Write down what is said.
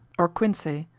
or quinsay,